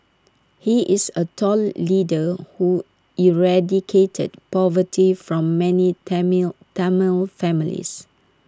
he is A tall leader who eradicated poverty from many Tamil Tamil families